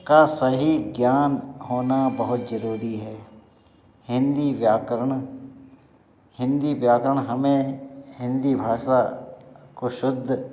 का सही ज्ञान होना बहोत जरूरी है हिन्दी व्याकरण हिन्दी व्याकरण हमें हिन्दी भाषा को शुद्ध